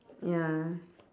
ya